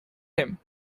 him